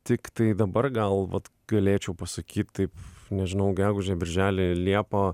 tiktai dabar gal vat galėčiau pasakyt taip nežinau gegužę birželį liepą